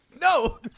No